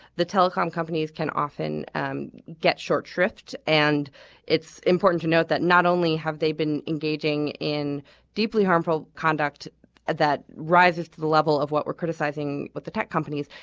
the telecom companies can often um get short shrift. and it's important to note that not only have they been engaging in deeply harmful conduct that rises to the level of what we're criticizing. but the tech companies,